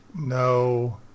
No